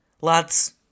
Lads